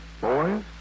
Boys